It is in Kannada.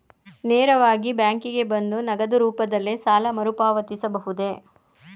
ನೇರವಾಗಿ ಬ್ಯಾಂಕಿಗೆ ಬಂದು ನಗದು ರೂಪದಲ್ಲೇ ಸಾಲ ಮರುಪಾವತಿಸಬಹುದೇ?